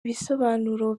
ibisobanuro